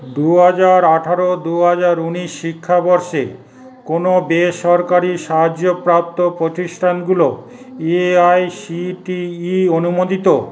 দুহাজার আঠারো দুহাজার ঊনিশ শিক্ষাবর্ষে কোনো বেসরকারি সাহায্যপ্রাপ্ত প্রতিষ্ঠানগুলো এআইসিটিই অনুমোদিত